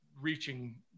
reaching